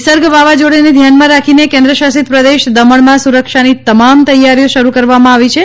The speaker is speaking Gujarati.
નિર્સગ વાવાઝોડાને ધ્યાનમાં રાખીને કેન્દ્ર શાસિતપ્રદેશ દમણમાં સુરક્ષાની તમામ તૈયારીઓ શરૂ કરવામાં આવી છે